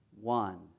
One